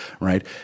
right